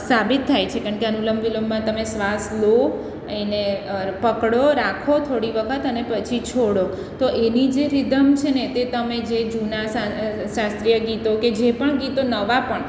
સાબિત થાય છે કારણ કે અનુલોમ વિલોમમાં તમે શ્વાસ લો એને પકડો રાખો થોડી વખત અને પછી છોળો તો એની જે રિધમ છેને તે તમે જે જૂના સાં શાસ્ત્રીય ગીતો કે જે પણ ગીતો નવા પણ